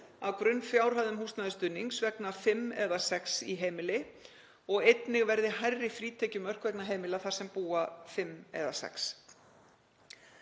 af grunnfjárhæðum húsnæðisstuðnings vegna fimm eða sex í heimili og einnig verði hærri frítekjumörk vegna heimila þar sem búa fimm eða